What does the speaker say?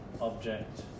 object